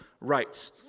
rights